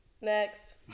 Next